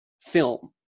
film